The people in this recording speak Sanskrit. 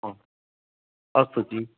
हा अस्तु जि